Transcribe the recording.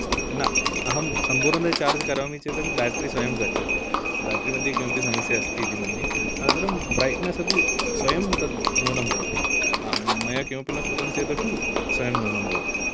न अहं सम्पूर्णतया चार्ज् करोमि चेदपि बेटरी स्वयं गच्छति बेटरी मध्ये किम् अपि समस्या अस्ति इति मन्ये अनन्तरं ब्रैट्नेस् अपि स्वयं तद् न्यूनं भवति मया किमपि कृतं चेद् अपि स्वयं न्यूनं भवति